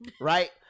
right